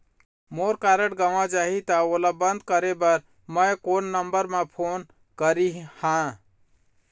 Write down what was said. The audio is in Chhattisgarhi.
मोर कारड गंवा जाही त ओला बंद करें बर मैं कोन नंबर म फोन करिह?